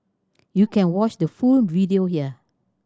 you can watch the full video here